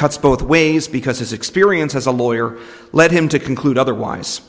cuts both ways because his experience as a lawyer led him to conclude otherwise